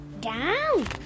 down